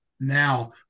now